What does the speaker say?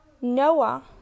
Noah